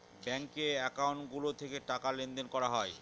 ব্যাঙ্কে একাউন্ট গুলো থেকে টাকা লেনদেন করা হয়